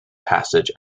passage